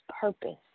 purpose